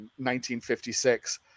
1956